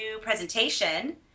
presentation